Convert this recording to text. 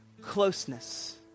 Closeness